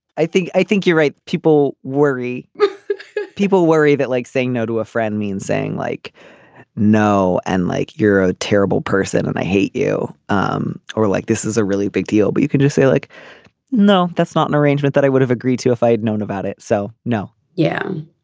i think i think you're right. people worry people worry that like saying no to a friend means saying like no. and like you're a terrible person and i hate you. um or like this is a really big deal. but you could just say like no that's not an arrangement that i would have agreed to if i'd known about it. so no. yeah.